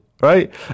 right